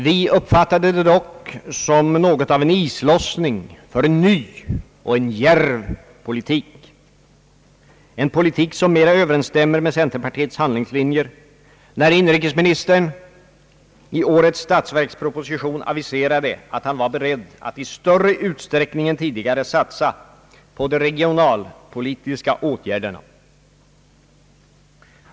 Vi uppfattade det dock som något av en islossning för en ny och djärv politik — en politik som mera överensstämmer med centerpartiets handlingslinjer — när inrikesministern i årets statsverksproposition aviserade att han var beredd att i större utsträckning än tidigare satsa på de regionalpolitiska åtgärderna.